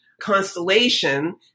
constellation